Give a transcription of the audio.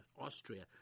Austria